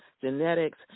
genetics